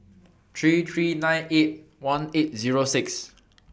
three three nine eight one eight Zero six